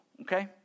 Okay